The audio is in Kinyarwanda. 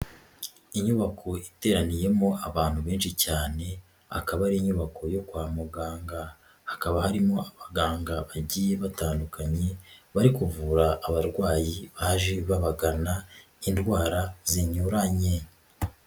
Inyubako iteraniyemo abantu benshi cyane, akaba ari inyubako yo kwa muganga, hakaba harimo abaganga bagiye batandukanye, bari kuvura abarwayi baje babagana, indwara zinyuranye.